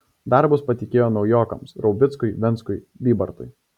darbus patikėjo naujokams raubickui venckui bybartui